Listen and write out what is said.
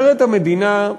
אומרת המדינה: